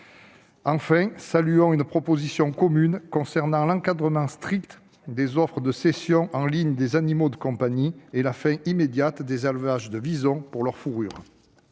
enfin la proposition commune sur l'encadrement strict des offres de cession en ligne des animaux de compagnie et la fin immédiate des élevages de visons pour leur fourrure.